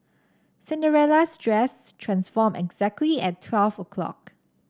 Cinderella's dress transformed exactly at twelve o'clock